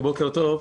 בוקר טוב.